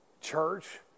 church